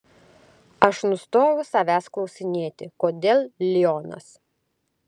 aš nustojau savęs klausinėti kodėl lionas